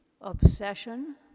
obsession